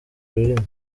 rurimi